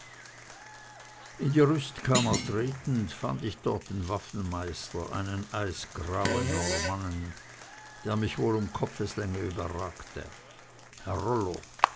in die rüstkammer tretend fand ich dort den waffenmeister einen eisgrauen normannen der mich wohl um kopfeslänge überragte herr rollo